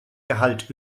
gehalt